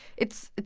it's.